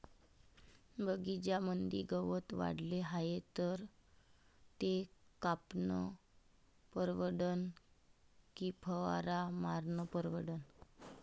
बगीच्यामंदी गवत वाढले हाये तर ते कापनं परवडन की फवारा मारनं परवडन?